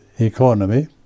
economy